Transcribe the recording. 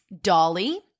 dolly